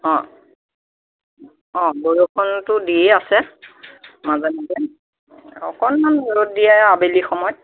অঁ অঁ বৰষুণটো দিয়ে আছে মাজে মাজে অকণমান ৰ'দ দিয়ে আবেলি সময়ত